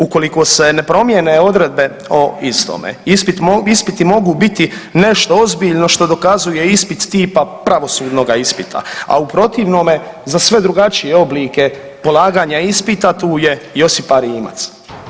Ukoliko se ne promijene odredbe o istome ispiti mogu biti nešto ozbiljno što dokazuje ispit tipa pravosudnoga ispita, a u protivnome za sve drugačije oblike polaganja ispita tu je Josipa Rimac.